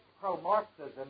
pro-Marxism